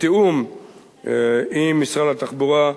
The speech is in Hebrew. בתיאום עם משרד התחבורה,